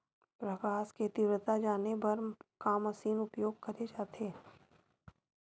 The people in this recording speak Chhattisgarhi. प्रकाश कि तीव्रता जाने बर का मशीन उपयोग करे जाथे?